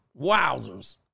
Wowzers